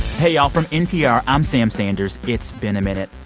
hey, y'all. from npr, i'm sam sanders. it's been a minute.